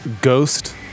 Ghost